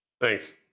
thanks